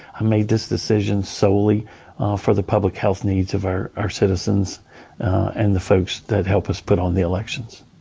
i made this decision solely for the public health needs of our our citizens and the folks that help us put on the elections.